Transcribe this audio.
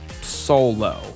solo